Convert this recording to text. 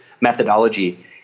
methodology